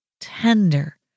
tender